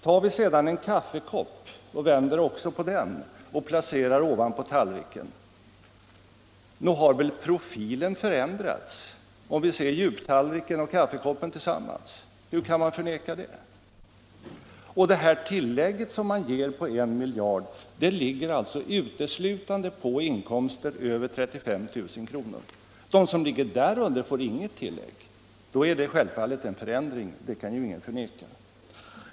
Tar vi sedan en kaffekopp och vänder också på den och placerar den ovanpå tallriken förändras profilen —- om vi ser den djupa tallriken och kaffekoppen tillsammans. Hur kan man förneka det? Tillägget på 1 miljard kronor utgår ju uteslutande på inkomster över 35 000 kr. De inkomster som ligger därunder får inget tillägg. Det är självfallet en förändring, det kan ingen förneka.